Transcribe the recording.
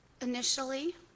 initially